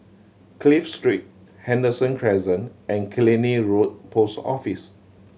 Clive Street Henderson Crescent and Killiney Road Post Office